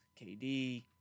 KD